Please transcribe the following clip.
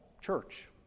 Church